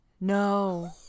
No